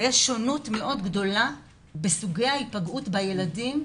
ויש שונות מאוד גדולה בסוגי ההיפגעות של הילדים,